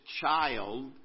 child